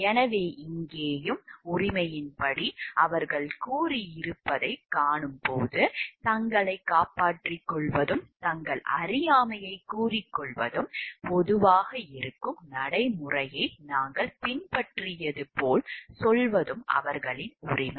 எனவே இங்கேயும் உரிமையின்படி அவர்கள் கூறியிருப்பதைக் காணும்போது தங்களைக் காப்பாற்றிக் கொள்வதும் தங்கள் அறியாமையைக் கூறிக் கொள்வதும் பொதுவாக இருக்கும் நடைமுறையை நாங்கள் பின்பற்றியது போல் சொல்வதும் அவர்களின் உரிமை